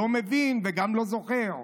לא מבין וגם לא זוכר.